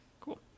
cool